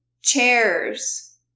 chairs